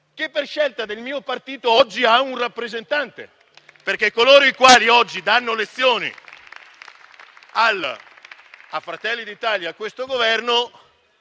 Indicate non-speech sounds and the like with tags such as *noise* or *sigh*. che per scelta del mio partito oggi ha un rappresentante. *applause* Infatti, coloro i quali oggi danno lezioni a Fratelli d'Italia e a questo Governo,